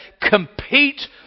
compete